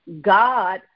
God